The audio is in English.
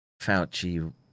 Fauci